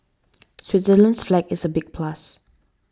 Switzerland's flag is a big plus